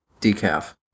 decaf